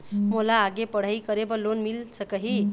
मोला आगे पढ़ई करे बर लोन मिल सकही?